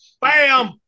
Bam